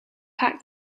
packed